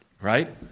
right